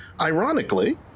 Ironically